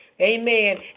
Amen